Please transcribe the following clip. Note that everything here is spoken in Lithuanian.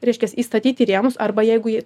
reiškias įstatyt į rėmus arba jeigu jie